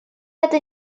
это